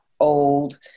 old